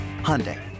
Hyundai